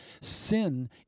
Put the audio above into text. Sin